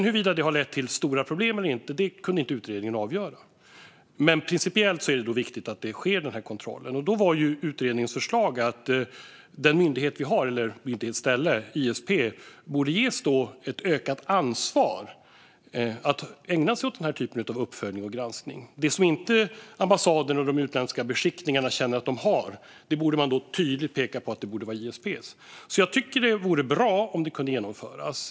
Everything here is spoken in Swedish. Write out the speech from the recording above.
Huruvida det har lett till stora problem eller inte kunde utredningen inte avgöra. Men principiellt är det viktigt att denna kontroll sker. Utredningens förslag var att det organ vi har i myndighets ställe, ISP, borde ges ett ökat ansvar att ägna sig åt denna typ av uppföljning och granskning. Det ansvar som ambassader och utländska beskickningar inte känner att de har borde tydligt bli ISP:s. Det vore därför bra om detta kunde genomföras.